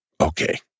Okay